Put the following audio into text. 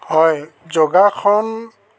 হয় যোগাসন